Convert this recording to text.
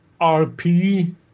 RP